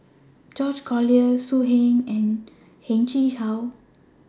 George Collyer So Heng and Heng Chee How